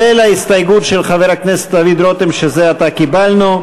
כולל ההסתייגות של חבר הכנסת דוד רותם שזה עתה קיבלנו.